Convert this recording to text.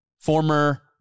former